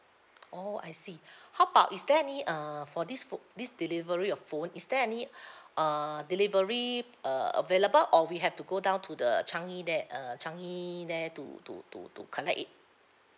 oh I see how about is there any uh for this book this delivery of phone is there any err delivery uh available or we have to go down to the changi there err changi there to to to to collect it